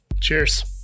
cheers